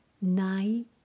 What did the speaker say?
nine